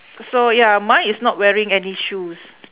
so ya mine is not wearing any shoes